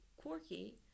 quirky